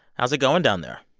how's it going down there?